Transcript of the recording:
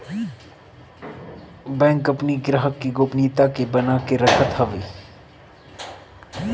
bank अपनी ग्राहक के गोपनीयता के बना के रखत हवे